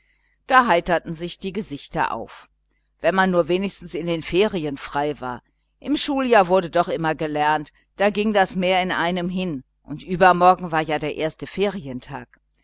da heiterten sich die gesichter auf wenn man nur wenigstens in den ferien frei war im schuljahr wurde doch immer gelernt da ging das mehr in einem hin und übermorgen war ja der erste ferientag